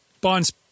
bonds